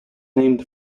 named